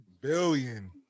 Billion